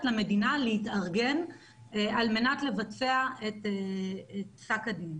למדינה להתארגן על מנת לבצע את פסק הדין.